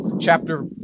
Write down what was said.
chapter